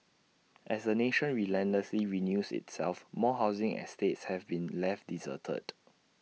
as the nation relentlessly renews itself more housing estates have been left deserted